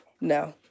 No